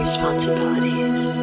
Responsibilities